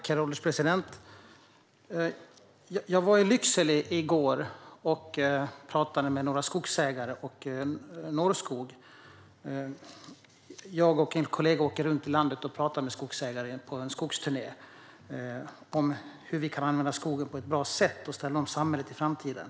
Herr ålderspresident! Jag var i Lycksele i går och pratade med några skogsägare och Norrskog. Jag och en kollega åker runt i landet på en skogsturné och pratar med skogsägare om hur vi kan använda skogen på ett bra sätt och ställa om samhället i framtiden.